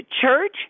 church